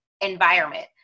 environment